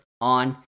on